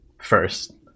first